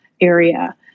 area